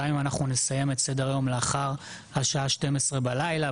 גם אם אנחנו נסיים את סדר-היום לאחר השעה 12:00 בלילה,